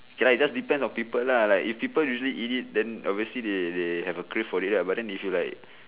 K lah it just depends on people lah like if people usually eat it then obviously they they have a crave for it lah but then if you like